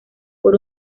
por